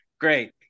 great